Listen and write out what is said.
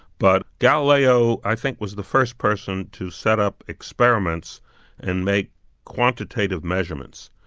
but galileo i think was the first person to set up experiments and make quantitative measurements.